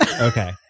Okay